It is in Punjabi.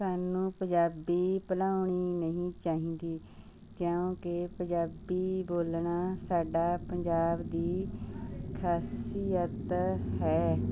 ਸਾਨੂੰ ਪੰਜਾਬੀ ਭੁਲਾਉਣੀ ਨਹੀਂ ਚਾਹੀਦੀ ਕਿਉਂਕਿ ਪੰਜਾਬੀ ਬੋਲਣਾ ਸਾਡਾ ਪੰਜਾਬ ਦੀ ਖਾਸੀਅਤ ਹੈ